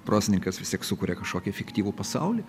prozininkas vis tiek sukuria kažkokį fiktyvų pasaulį